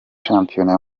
shampiyona